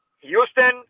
Houston